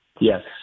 Yes